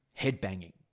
headbanging